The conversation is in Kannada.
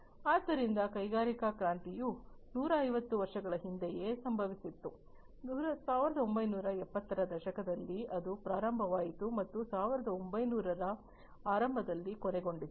ಆದ್ದರಿಂದ ಕೈಗಾರಿಕಾ ಕ್ರಾಂತಿಯು 150 ವರ್ಷಗಳ ಹಿಂದೆಯೇ ಸಂಭವಿಸಿತು 1970 ರ ದಶಕದಲ್ಲಿ ಅದು ಪ್ರಾರಂಭವಾಯಿತು ಮತ್ತು 1900 ರ ಆರಂಭದಲ್ಲಿ ಕೊನೆಗೊಂಡಿತು